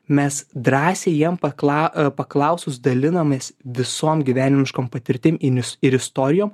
mes drąsiai jiem pakla paklausus dalinomės visom gyvenimiškom patirtim inius ir istorijom